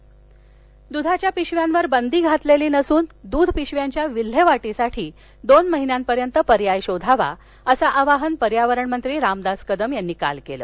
दध पिशव्या दधाच्या पिशव्यावर बदी घातलेली नसून दुध पिशव्यांच्या विल्हेवाटीसाठी दोन महिन्यापर्यंत पर्याय शोधावा असं आवाहन पर्यावरणमंत्री रामदास कदम यांनी काल केलं